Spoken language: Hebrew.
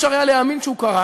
לא היה אפשר להאמין שהוא קרה: